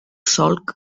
solc